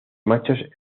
machos